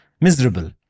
Miserable